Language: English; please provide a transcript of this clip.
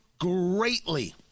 greatly